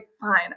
fine